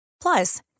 Plus